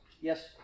Yes